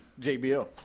JBL